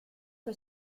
que